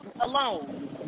alone